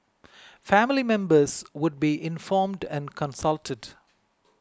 family members would be informed and consulted